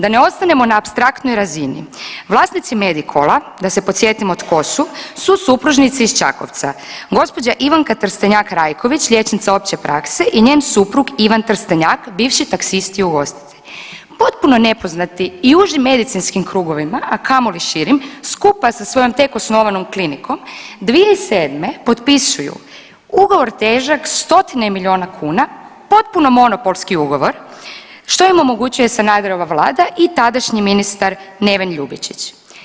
Da ne ostanemo na apstraktnoj razini, vlasnici Medikola, da se podsjetimo tko su, su supružnici iz Čakovca, gđa. Ivanka Trstenjak Rajković liječnica opće prakse i njen suprug Ivan Trstenjak bivši taksist i ugostitelj, potpuno nepoznati i užim medicinskim krugovima, a kamoli širim, skupa sa svojom tek osnovanom klinikom 2007. potpisuju ugovor težak stotine milijuna kuna, potpuno monopolski ugovor što im omogućuje Sanaderova vlada i tadašnji ministar Neven Ljubičić.